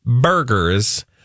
burgers